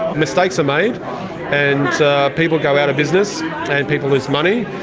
mistakes are made and people go out of business and people lose money,